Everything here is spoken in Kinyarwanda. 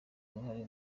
uruhare